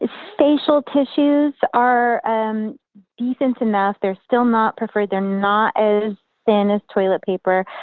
facial tissues are um decent enough. they're still not preferred, they're not as thin as toilet paper.